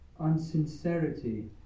unsincerity